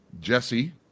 Jesse